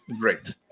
great